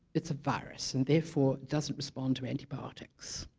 it's a virus, and therefore doesn't respond to antibiotics